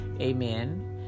Amen